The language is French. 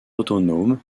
autonomes